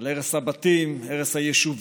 על הרס הבתים, הרס היישובים,